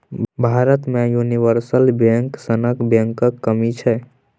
भारत मे universal bank सनक बैंकक कमी छै